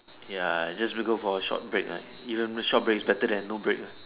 ya just we go for a short break ah even short break is better than no break ah